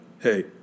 hey